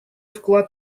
вклад